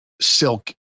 Silk